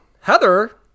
Heather